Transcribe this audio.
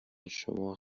شما